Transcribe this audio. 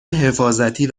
حفاظتی